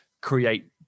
Create